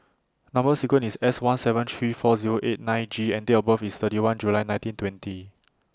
Number sequence IS S one seven three four Zero eight nine G and Date of birth IS thirty one July nineteen twenty